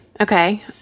Okay